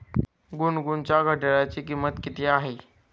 गुनगुनच्या घड्याळाची किंमत किती आहे?